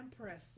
Empress